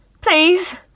Please